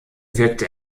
wirkte